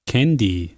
Candy